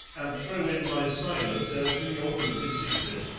and throw in my silence as to your guilty secret.